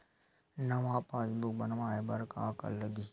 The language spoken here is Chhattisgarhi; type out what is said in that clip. नवा पासबुक बनवाय बर का का लगही?